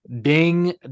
ding